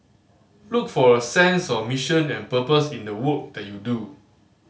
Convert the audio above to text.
look for a sense of mission and purpose in the work that you do